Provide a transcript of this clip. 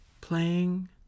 playing